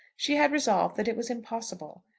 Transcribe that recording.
she had resolved that it was impossible.